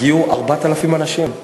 הגיעו 4,000 אנשים,